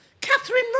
Catherine